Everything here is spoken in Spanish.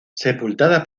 sepultada